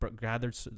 gathered